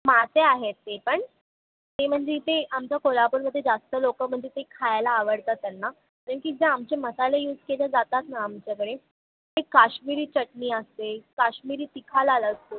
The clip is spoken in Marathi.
मासे आहेत ते पण ते म्हणजे इथे आमच्या कोल्हापूरमध्ये जास्त लोक म्हणजे ते खायला आवडतात त्यांना कारण की जे आमचे मसाले यूज केले जातात ना आमच्याकडे ते काश्मिरी चटणी असते काश्मिरी तिखालाल असतो